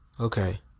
okay